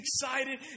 excited